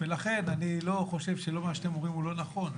ולכן אני לא חושב שמה שאתם אומרים הוא לא נכון.